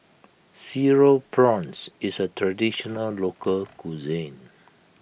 Cereal Prawns is a Traditional Local Cuisine